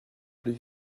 plus